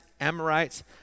Amorites